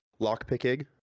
lockpicking